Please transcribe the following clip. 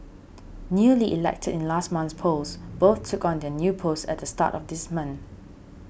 newly elected in last month's polls both took on their new posts at the start of this month